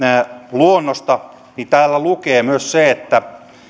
luonnosta niin täällä lukee myös se että